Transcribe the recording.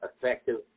effective